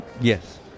yes